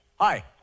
Hi